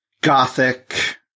gothic –